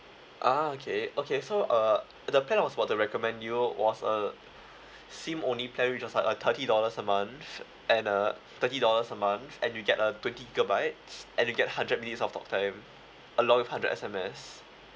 ah okay okay so uh the plan I was about to recommend you was a SIM only plan with just like a thirty dollars a month and uh thirty dollars a month and you'll get a twenty gigabytes and you'll get hundred minutes of talk time along with hundred S_M_S